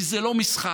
כי זה לא משחק,